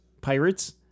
Pirates